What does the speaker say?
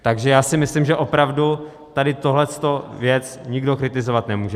Takže já si myslím, že opravdu tady tuhle věc nikdo kritizovat nemůže.